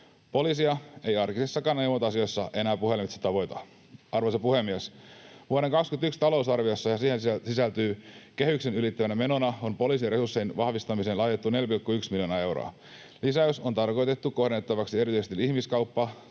Poliisia ei arkisissakaan neuvonta-asioissa enää puhelimitse tavoita. Arvoisa puhemies! Vuoden 21 talousarviossa ja siihen sisältyvänä kehyksen ylittävänä menona on poliisin resurssien vahvistamiseen laitettu 4,1 miljoonaa euroa. Lisäys on tarkoitettu kohdennettavaksi erityisesti ihmiskaupan,